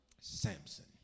Samson